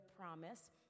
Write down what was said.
promise